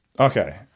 Okay